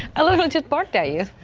i mean took part days.